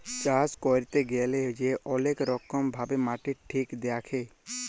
চাষ ক্যইরতে গ্যালে যে অলেক রকম ভাবে মাটি ঠিক দ্যাখে